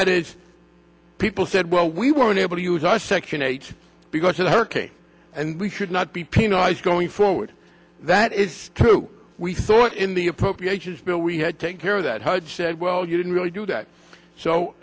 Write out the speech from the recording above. that is people said well we won't able to use our section eight because of hurricane and we should not be penalized going forward that is true we thought in the appropriations bill we had take care of that hud said well you didn't really do that so